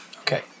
Okay